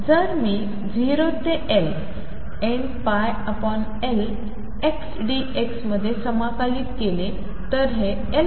जर मी 0 ते L nπLx dx मध्ये समाकलित केले तर हे L2